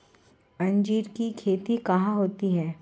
अंजीर की खेती कहाँ होती है?